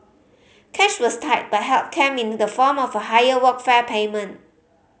cash was tight but help came in the form of a higher Workfare payment